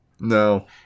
No